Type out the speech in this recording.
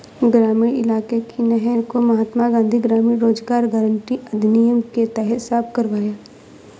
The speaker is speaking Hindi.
ग्रामीण इलाके की नहर को महात्मा गांधी ग्रामीण रोजगार गारंटी अधिनियम के तहत साफ करवाया